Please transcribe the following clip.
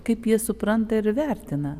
kaip jie supranta ir vertina